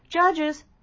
judges